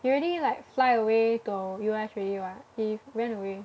he already like fly away to U_S already [what] he ran away